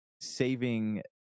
saving